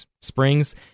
Springs